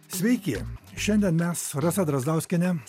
sveiki šiandien mes rasa drazdauskienė